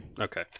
Okay